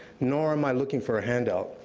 nor am i looking for a handout.